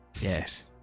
Yes